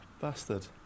bastard